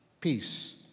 peace